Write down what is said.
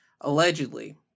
allegedly